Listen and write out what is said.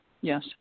Yes